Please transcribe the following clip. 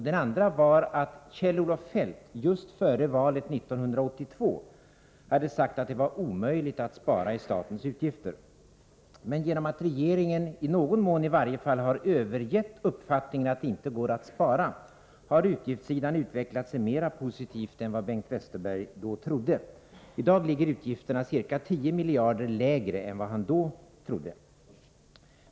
Den andra var att Kjell-Olof Feldt just före valet 1982 hade sagt att det var omöjligt att spara i statens utgifter. Men genom att regeringen — i någon mån, i varje fall — har övergett uppfattningen att det inte går att spara har utgiftssidan utvecklat sig mera positivt än vad Bengt Westerberg då trodde. I dag ligger utgifterna ca 10 miljarder lägre än enligt Westerbergs beräkning.